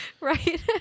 right